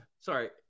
Sorry